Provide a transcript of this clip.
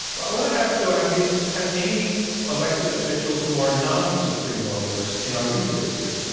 but i want to ask, though, have we had any elected officials who are non supreme warlords in our recent history?